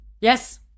Yes